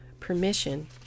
permission